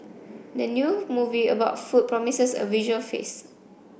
the new movie about food promises a visual feast